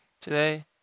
today